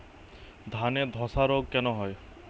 ধানে ধসা রোগ কেন হয়?